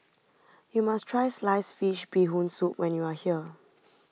you must try Sliced Fish Bee Hoon Soup when you are here